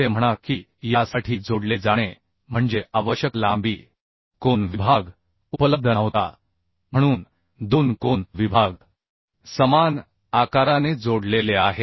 असे म्हणा की यासाठी जोडले जाणे म्हणजे आवश्यक लांबी कोन विभाग उपलब्ध नव्हता म्हणून दोन कोन विभाग समान आकाराने जोडलेले आहेत